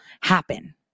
happen